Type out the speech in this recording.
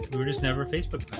we're just never facebook